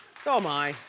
so am i.